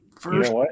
First